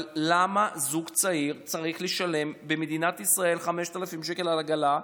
אבל למה זוג צעיר צריך לשלם במדינת ישראל 5,000 שקל על עגלה,